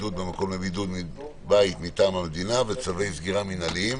(בידוד במקום לבידוד מטעם המדינה וצווי סגירה מנהליים)